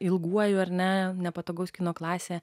ilguoju ar ne nepatogaus kino klasė